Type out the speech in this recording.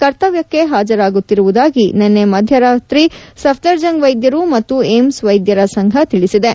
ಕರ್ತವ್ಯಕ್ಕೆ ಹಾಜರಾಗುತ್ತಿರುವುದಾಗಿ ನಿನ್ನೆ ಮಧ್ಯರಾತ್ರಿ ಸಫ್ತರ್ಜಂಗ್ ವೈದ್ಯರು ಮತ್ತು ಏಮ್ಬ್ ವೈದ್ಯರ ಸಂಘ ತಿಳಿಸಿವೆ